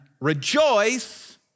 rejoice